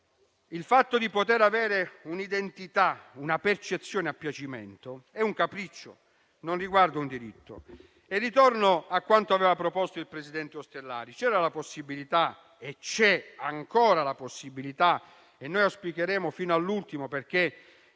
il fatto di poter avere un'identità, una percezione a piacimento, è un capriccio, non riguarda un diritto. E ritorno a quanto aveva proposto il presidente Ostellari: c'era e c'è ancora la possibilità - auspichiamo fino all'ultimo che